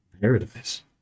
Paradise